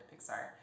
Pixar